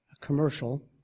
commercial